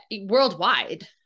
worldwide